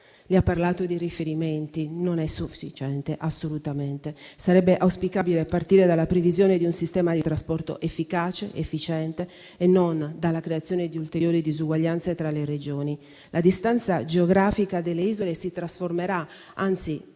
Lei ha parlato di riferimenti, ma non è assolutamente sufficiente. Sarebbe auspicabile partire dalla previsione di un sistema di trasporto efficace ed efficiente, e non dalla creazione di ulteriori disuguaglianze tra le Regioni. La distanza geografica delle isole si trasformerà, anzi